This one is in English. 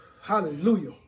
Hallelujah